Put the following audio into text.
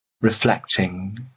reflecting